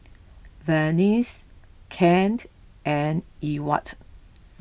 Vernice Kent and Ewart